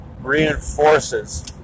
reinforces